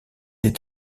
est